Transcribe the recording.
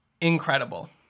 incredible